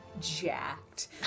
jacked